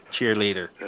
cheerleader